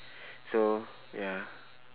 so ya